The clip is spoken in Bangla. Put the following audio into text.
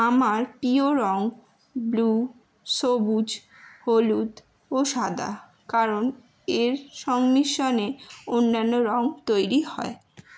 আমার প্রিয় রং ব্লু সবুজ হলুদ ও সাদা কারণ এর সংমিশ্রণে অন্যান্য রং তৈরি হয়